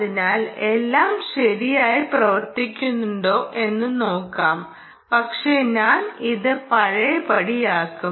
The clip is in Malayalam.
അതിനാൽ എല്ലാം ശരിയായി പ്രവർത്തിക്കുന്നുണ്ടോ എന്ന് നോക്കാം പക്ഷേ ഞാൻ ഇത് പഴയപടിയാക്കും